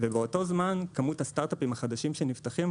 ובאותו זמן כמות הסטארט-אפים החדשים שנפתחים